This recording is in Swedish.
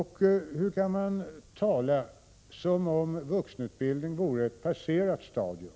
Hur kan man tala som om vuxenutbildningen vore ett passerat stadium?